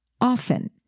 often